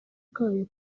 kayo